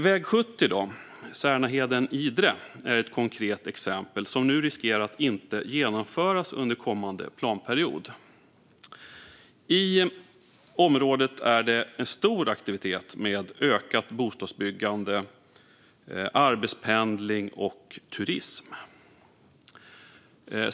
Väg 70 Särnaheden-Idre är ett konkret exempel som nu riskerar att inte genomföras under kommande planperiod. I området är det stor aktivitet med ökat bostadsbyggande, arbetspendling och turism.